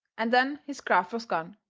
and then his graft was gone,